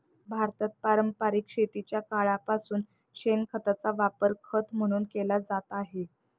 भारतात पारंपरिक शेतीच्या काळापासून शेणखताचा वापर खत म्हणून केला जात आहे